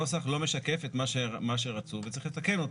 הנוסח לא משקף את מה שרצו וצריך לתקן אותו.